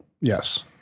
Yes